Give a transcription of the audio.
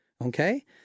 Okay